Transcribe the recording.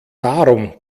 darum